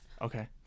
okay